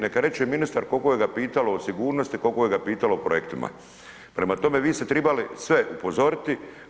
Neka reče ministar koliko ga je pitalo o sigurnosti, koliko ga je pitalo o projektima, prema tome vi ste tribali sve upozoriti.